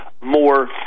more